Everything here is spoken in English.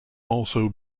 also